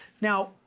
Now